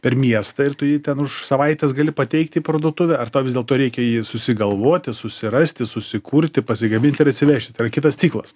per miestą ir tu jį ten už savaitės gali pateikti į parduotuvę ar tau vis dėlto reikia jį susigalvoti susirasti susikurti pasigaminti ir atsivežti tai yra kitas ciklas